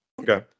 Okay